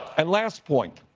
and last point,